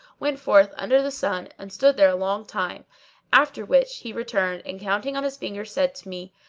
went forth under the sun and stood there a long time after which he returned and counting on his fingers said to me,